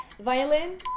Violin